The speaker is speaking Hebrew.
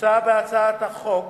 מוצע בהצעת החוק